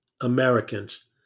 Americans